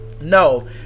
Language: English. No